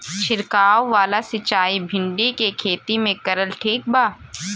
छीरकाव वाला सिचाई भिंडी के खेती मे करल ठीक बा?